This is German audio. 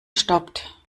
stoppt